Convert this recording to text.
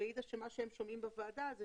והיא העידה שמה שהם שמעים בוועדה זה